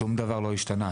שום דבר לא השתנה.